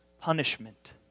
punishment